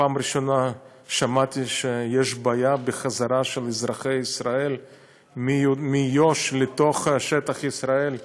פעם ראשונה ששמעתי שיש בעיה בחזרה של אזרחי ישראל מיו"ש לתוך שטח ישראל.